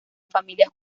familia